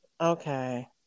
Okay